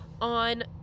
on